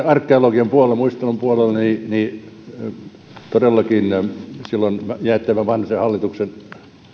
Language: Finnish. arkeologian puolella muistelun puolella niin kun todellakin silloin jäätteenmäen vanhasen hallituksen